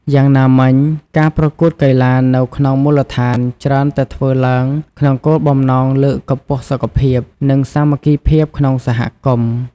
យ៉ាងណាមិញ ការប្រកួតកីឡានៅក្នុងមូលដ្ឋានច្រើនតែធ្វើឡើងក្នុងគោលបំណងលើកកម្ពស់សុខភាព និងសាមគ្គីភាពក្នុងសហគមន៍។